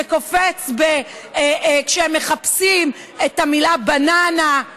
זה קופץ כשהם מחפשים את המילה "בננה";